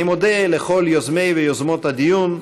אני מודה לכל יוזמי ויוזמות הדיון,